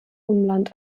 umland